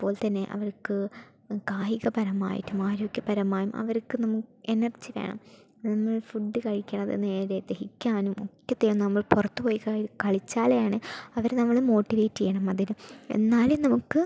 അതുപോലെതന്നെ അവർക്ക് കായികപരമായും ആരോഗ്യപരമായും അവർക്ക് നമ്മ എനർജി വേണം എന്നാലേ ഫുഡ് കഴിക്കുന്നത് നേരെ ദഹിക്കാനും ഒക്കത്തിനും നമ്മൾ പുറത്ത് പോയി കളിച്ചാൽ ആണ് അവരെ നമ്മൾ മോട്ടിവേറ്റ് ചെയ്യണം അതിന് എന്നാലേ നമുക്ക്